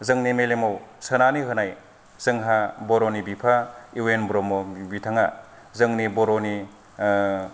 जोंनि मेलेमाव सोनानै होनाय जोंहा बर'नि बिफा इउ एन ब्रह्म बिथाङा जोंनि बर'नि